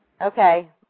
Okay